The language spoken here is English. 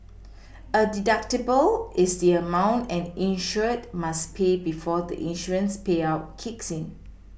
a deductible is the amount an insured must pay before the insurance payout kicks in